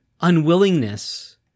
unwillingness